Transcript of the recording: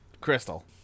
Crystal